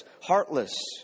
heartless